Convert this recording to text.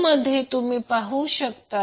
यामध्ये तुम्ही पाहू शकता